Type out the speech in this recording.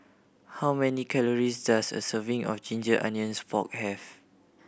how many calories does a serving of ginger onions pork have